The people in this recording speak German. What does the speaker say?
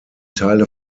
teile